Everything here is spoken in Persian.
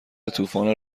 طوفان